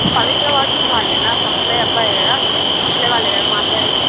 పవిత్ర hotels వాళ్ళేనా supply అబ్బాయి కదా సప్లై వాళ్ళే కదా మాట్లాడేది